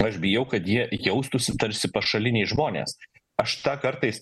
aš bijau kad jie jaustųsi tarsi pašaliniai žmonės aš tą kartais